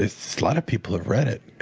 a so lot of people have read it.